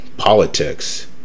politics